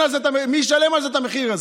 מי ישלם על זה את המחיר?